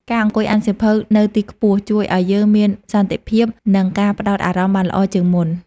ការអង្គុយអានសៀវភៅនៅទីខ្ពស់ ជួយឱ្យយើងមានសន្តិភាព និងការផ្តោតអារម្មណ៍បានល្អជាងមុន។